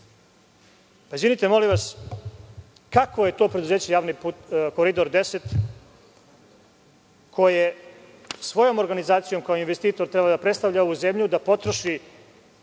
evra. Izvinite molim vas, kakvo je to preduzeće „Koridor 10“ koje svojom organizacijom kao investitor treba da predstavlja ovu zemlju, da potroši